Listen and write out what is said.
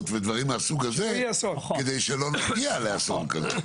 ודברים מהסוג הזה כדי שלא נגיע לאסון כזה.